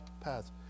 paths